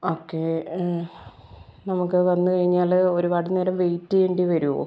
okay നമ്മൾക്ക് വന്ന് കഴിഞ്ഞാൽ ഒരുപാട് നേരം വെയിറ്റ് ചെയ്യേണ്ടി വരുമോ